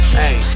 hey